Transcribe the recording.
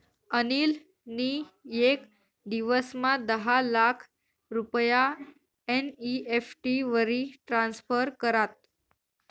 अनिल नी येक दिवसमा दहा लाख रुपया एन.ई.एफ.टी वरी ट्रान्स्फर करात